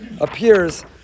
appears